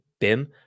BIM